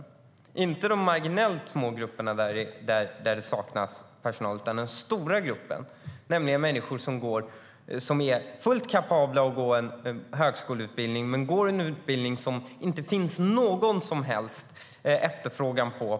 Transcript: Det handlar inte om de marginellt små grupperna där det saknas personal utan om den stora gruppen människor som är fullt kapabla att gå en högskoleutbildning men som går en utbildning till ett yrke som det på arbetsmarknaden inte finns någon som helst efterfrågan på.